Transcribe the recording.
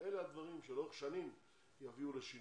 אלה הדברים שלאורך שנים יביאו לשינוי.